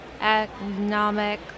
economic